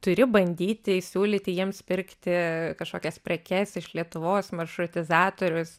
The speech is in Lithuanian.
turi bandyti įsiūlyti jiems pirkti kažkokias prekes iš lietuvos maršrutizatorius